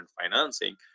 financing